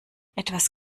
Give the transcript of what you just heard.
etwas